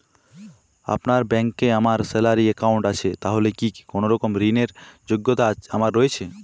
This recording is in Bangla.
আপনার ব্যাংকে আমার স্যালারি অ্যাকাউন্ট আছে তাহলে কি কোনরকম ঋণ র যোগ্যতা আমার রয়েছে?